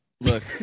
look